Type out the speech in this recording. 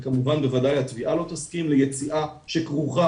וכמובן בוודאי התביעה לא תסכים ליציאה שכרוכה